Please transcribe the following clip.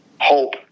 hope